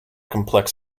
complex